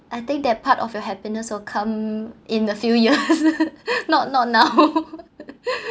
I think that part of your happiness will come in the few year not not now